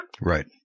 Right